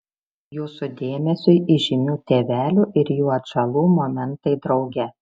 jūsų dėmesiui įžymių tėvelių ir jų atžalų momentai drauge